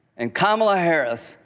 and kamala harris.